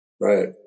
Right